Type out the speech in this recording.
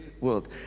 world